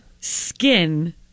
skin